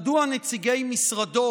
מדוע נציגי משרדו